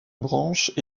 branche